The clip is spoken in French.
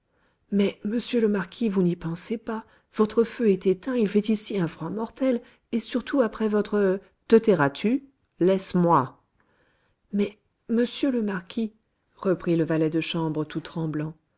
mais monsieur le marquis vous n'y pensez pas votre feu est éteint il fait ici un froid mortel et surtout après votre te tairas-tu laisse-moi mais monsieur le marquis reprit le valet de chambre tout tremblant